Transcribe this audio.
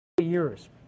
years